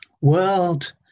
World